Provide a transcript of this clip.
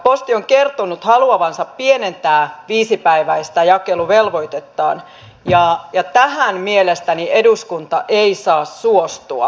posti on kertonut haluavansa pienentää viisipäiväistä jakeluvelvoitettaan ja tähän eduskunta ei saa mielestäni suostua